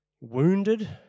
wounded